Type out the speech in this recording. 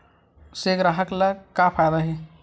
से ग्राहक ला का फ़ायदा हे?